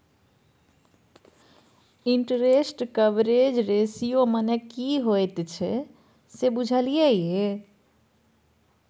Interest coverage ratio मने की होइत छै से बुझल यै?